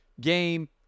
game